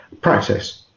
practice